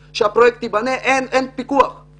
שהפרויקט ייבנה ועד סיום לא יהיה פיקוח בכלל.